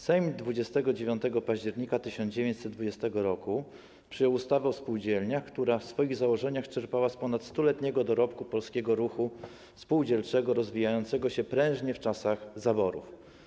Sejm 29 października 1920 r. przyjął ustawę o spółdzielniach, która w swoich założeniach czerpała z ponadstuletniego dorobku polskiego ruchu spółdzielczego rozwijającego się prężnie w czasach zaborów.